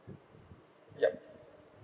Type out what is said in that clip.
ya